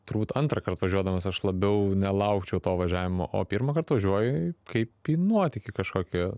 turbūt antrąkart važiuodamas aš labiau nelaukčiau to važiavimo o pirmąkart važiuoji kaip į nuotykį kažkokį